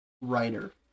writer